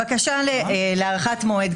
הבקשה להארכת מועד,